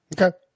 Okay